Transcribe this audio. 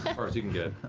far as you can get.